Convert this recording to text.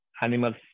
animals